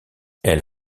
elle